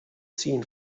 seen